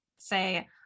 say